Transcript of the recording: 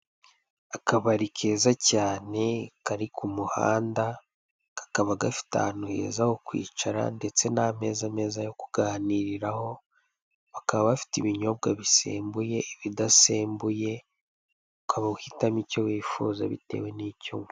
Akabari keza cyane kari ku muhanda, kakaba gafite ahantu heza ho kwicara, ndetse n'ameza meza yo kuganiriraho, bakaba bafite ibinyobwa bisembuye ibidasembuye, ukaba uhitamo icyo wifuza bitewe n'icyo unywa.